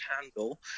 handle